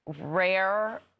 rare